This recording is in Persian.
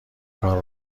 کار